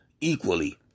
equally